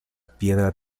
piedra